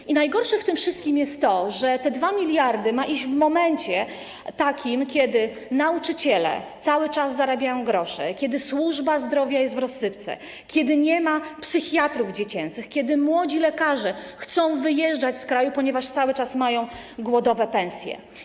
I najgorsze w tym wszystkim jest to, że te 2 mld zł mają iść w momencie, kiedy nauczyciele cały czas zarabiają grosze, kiedy służba zdrowia jest w rozsypce, kiedy nie ma psychiatrów dziecięcych, kiedy młodzi lekarze chcą wyjeżdżać z kraju, ponieważ cały czas mają głodowe pensje.